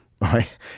right